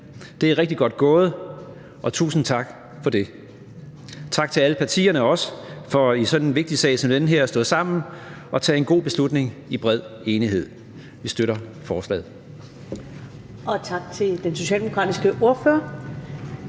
Det er rigtig godt gået, tusind tak for det. Også tak til alle partierne for i en vigtig sag som den her at stå sammen og tage en god beslutning i bred enighed. Vi støtter forslaget.